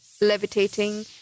levitating